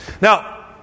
Now